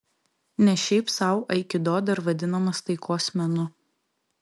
ne šiaip sau aikido dar vadinamas taikos menu